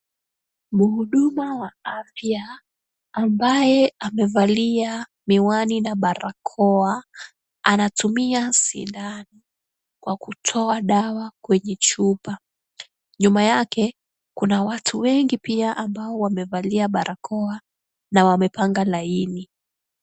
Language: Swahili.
Mhudumu wa afya ambaye amevalia miwani na barakoa anatumia sindano kwa kutoa dawa kwenye chupa. Nyuma yake kuna watu wengi pia ambao wamevalia barakoa na wamepanga laini.